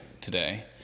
today